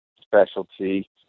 specialty